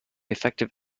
effective